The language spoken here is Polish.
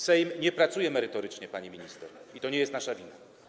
Sejm nie pracuje merytorycznie, pani minister, i to nie jest nasza wina.